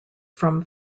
from